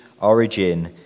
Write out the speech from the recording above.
origin